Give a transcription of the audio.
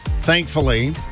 thankfully